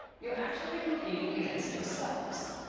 you're actually competing against yourselves.